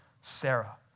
Sarah